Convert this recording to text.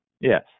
Yes